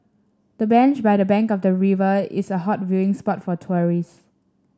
the bench by the bank of the river is a hot viewing spot for tourists